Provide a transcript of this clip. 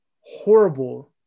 horrible